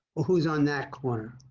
who's on that corner.